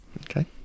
Okay